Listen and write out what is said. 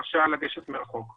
או שאפשר לבקש הרשאה לגשת מרחוק.